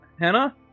Hannah